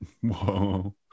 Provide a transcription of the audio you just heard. Whoa